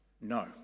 No